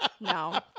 no